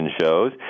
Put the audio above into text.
shows